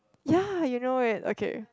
ya you know it okay